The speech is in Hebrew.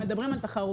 אתם מדברים על תחרות.